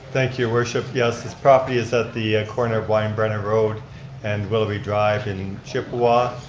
thank you worship. yes his property is at the corner of weinbrenner road and wellaby drive in chippewa,